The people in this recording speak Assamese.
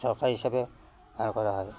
চৰকাৰী হিচাপে হায়াৰ কৰা হয়